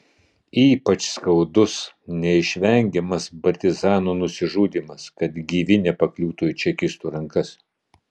ypač skaudus neišvengiamas partizanų nusižudymas kad gyvi nepakliūtų į čekistų rankas